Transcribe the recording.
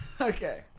Okay